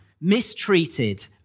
mistreated